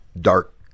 dark